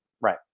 Right